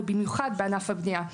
ובמיוחד בענף הבנייה.